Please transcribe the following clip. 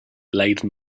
laden